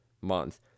month